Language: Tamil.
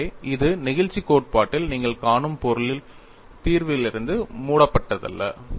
எனவே இது நெகிழ்ச்சி கோட்பாட்டில் நீங்கள் காணும் பொருளில் தீர்விலிருந்து மூடப்பட்டதல்ல